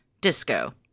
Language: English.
disco